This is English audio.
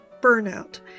burnout